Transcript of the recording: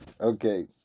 Okay